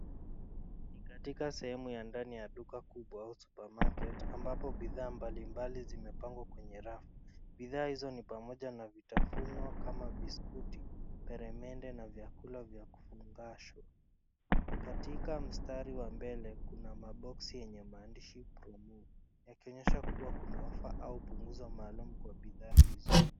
Ni katika sehemu ya ndani ya duka kubwa au supermarket ambapo bidhaa mbalimbali zimepangwa kwenye rafu. Bidhaa hizo ni pamoja na vitafunwa kama biskuti, peremende na vyakula vya kufungashwa. Katika mstari wa mbele kuna maboksi yenye maandishi promo , yakionyesha kuwa kuna offer au punguzo maalum kwa bidhaa hizo.